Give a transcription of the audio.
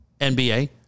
NBA